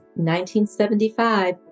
1975